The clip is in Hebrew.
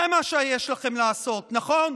זה מה שיש לכם לעשות, נכון?